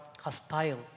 hostile